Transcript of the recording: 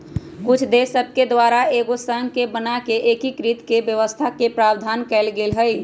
कुछ देश सभके द्वारा एगो संघ के बना कऽ एकीकृत कऽकेँ व्यवस्था के प्रावधान कएल गेल हइ